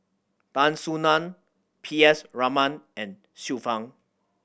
Tan Soo Nan P S Raman and Xiu Fang